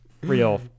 real